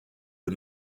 the